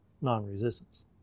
non-resistance